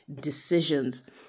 decisions